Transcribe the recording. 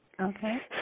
Okay